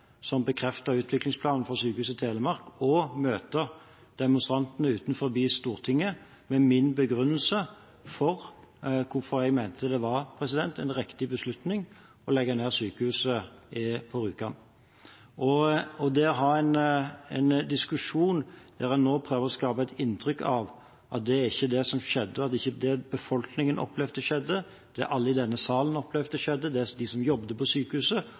som bekreftet utviklingsplanen for Sykehuset Telemark, og møte demonstrantene utenfor Stortinget med min begrunnelse for hvorfor jeg mente det var en riktig beslutning å legge ned sykehuset på Rjukan. Det er en diskusjon der en nå prøver å skape et inntrykk av at det ikke var dette som skjedde – at det ikke var det som befolkningen opplevde skjedde, det alle i denne salen opplevde skjedde, og de som jobbet på sykehuset,